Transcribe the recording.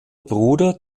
bruder